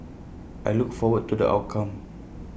I look forward to the outcome